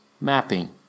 mapping